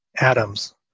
atoms